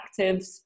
actives